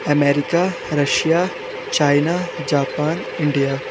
America Russia China Japan India